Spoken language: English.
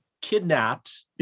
kidnapped